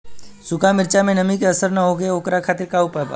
सूखा मिर्चा में नमी के असर न हो ओकरे खातीर का उपाय बा?